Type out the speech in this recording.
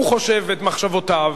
הוא חושב את מחשבותיו,